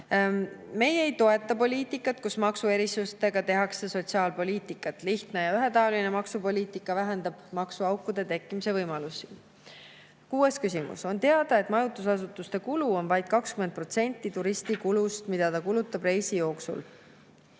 Meie ei toeta poliitikat, kus maksuerisustega tehakse sotsiaalpoliitikat. Lihtne ja ühetaoline maksupoliitika vähendab maksuaukude tekkimise võimalust. Kuues küsimus. On teada, et majutusasutuste kulu on vaid 20% turisti kulutustest, mida ta [teeb] reisi jooksul.